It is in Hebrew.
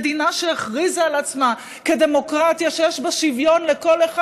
מדינה שהכריזה על עצמה כדמוקרטיה שיש בה שוויון לכל אחד.